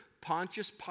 Pontius